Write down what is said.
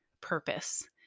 purpose